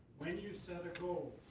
when you set a goal,